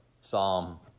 Psalm